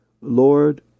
Lord